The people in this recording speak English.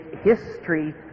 history